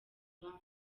abandi